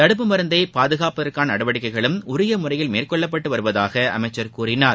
தடுப்பு மருந்தை பாதுகாப்பதற்கான நடவடிக்கைகளும் உரிய முறையில் மேற்கொள்ளப்பட்டு வருவதாக அமைச்ச் கூறினார்